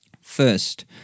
First